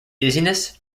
dizziness